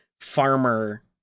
farmer